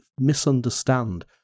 misunderstand